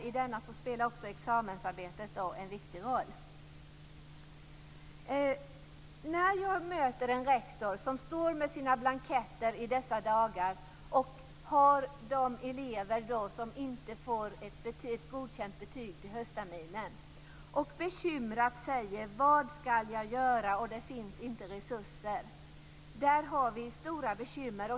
I denna spelar också examensarbetet en viktig roll. Jag har i dessa dagar mött rektorer som står där med sina blanketter och har elever som inte får ett godkänt betyg till höstterminen. De undrar bekymrat vad de skall göra. Det finns inte resurser. Där har vi stora bekymmer.